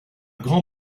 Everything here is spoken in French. grand